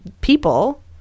people